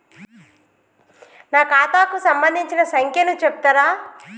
నా ఖాతా కు సంబంధించిన సంఖ్య ను చెప్తరా?